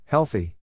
Healthy